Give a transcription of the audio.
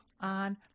on